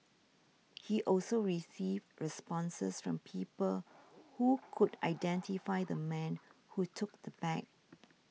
he also received responses from people who could identify the man who took the bag